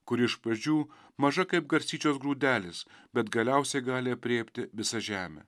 kuri iš pradžių maža kaip garstyčios grūdelis bet galiausiai gali aprėpti visą žemę